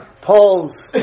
Paul's